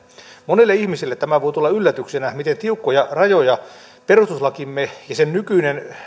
monelle ihmiselle tämä voi tulla yllätyksenä miten tiukkoja rajoja perustuslakimme ja sen nykyinen